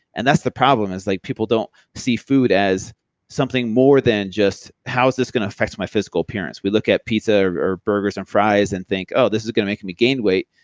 and that's the problem is like, people don't see food as something more than just how's this going to affect my physical appearance. we look at pizza or burgers and fries and think, oh, this is going to make me gain weight.